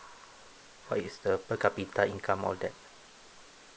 what is the per capita income all that